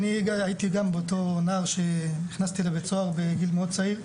אני הייתי גם אותו נער שנכנסתי לבית סוהר בגיל מאוד צעיר,